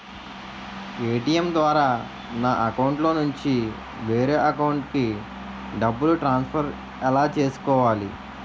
ATM ద్వారా నా అకౌంట్లోనుంచి వేరే అకౌంట్ కి డబ్బులు ట్రాన్సఫర్ ఎలా చేసుకోవాలి?